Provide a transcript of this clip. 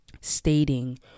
stating